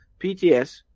PTS